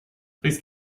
please